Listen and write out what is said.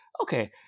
okay